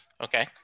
Okay